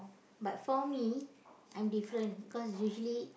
but for me I'm different because usually